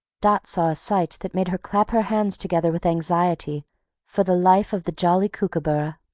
dot saw a sight that made her clap her hands together with anxiety for the life of the jolly kookooburra.